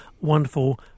wonderful